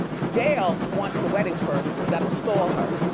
dale wants the wedding first, cause that'll stall her.